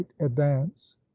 advance